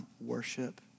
Worship